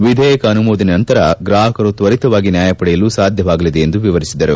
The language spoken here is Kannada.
ವಿಧೇಯಕ ಅನುಮೋದನೆ ನಂತರ ಗ್ರಾಪಕರು ತ್ವರಿತವಾಗಿ ನ್ಯಾಯಪಡೆಯಲು ಸಾಧ್ಯವಾಗಲಿದೆ ಎಂದು ವಿವರಿಸಿದರು